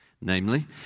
namely